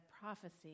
prophecy